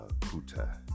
Kuta